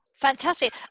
Fantastic